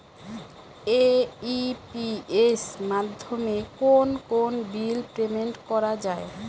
AEPS মাধ্যমে কোন কোন বিল পেমেন্ট করা যায়?